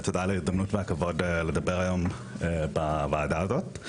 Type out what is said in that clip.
תודה על ההזדמנות והכבוד לדבר היום בוועדה הזאת.